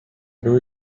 you